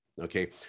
Okay